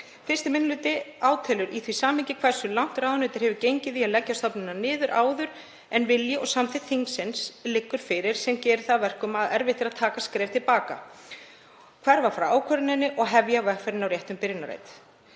nú. 1. minni hluti átelur í því samhengi hversu langt ráðuneytið hefur gengið í að leggja stofnunina niður áður en vilji og samþykkt þingsins liggur fyrir sem gerir það að verkum að erfitt er að taka skref til baka, hverfa frá ákvörðuninni og hefja vegferðina á réttum byrjunarreit.